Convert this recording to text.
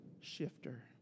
shifter